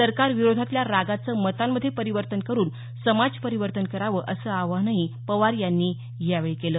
सरकार विरोधातल्या रागाचं मतांमध्ये परिवर्तन करून समाजपरिवर्तन करावं असं आवाहनही पवार यांनी यावेळी केलं